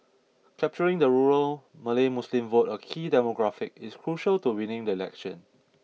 capturing the rural Malay Muslim vote a key demographic is crucial to winning the election